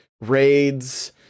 raids